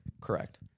correct